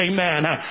amen